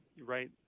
right